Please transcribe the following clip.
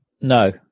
No